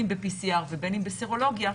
בין אם ב-PCR ובין אם בסרולוגיה,